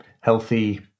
healthy